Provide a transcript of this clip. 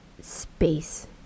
space